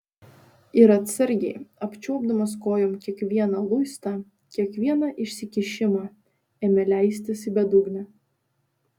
ir atsargiai apčiuopdamas kojom kiekvieną luistą kiekvieną išsikišimą ėmė leistis į bedugnę